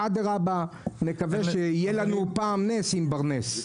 אדרבה, נקווה שיהיה לנו פעם נס עם ברנס.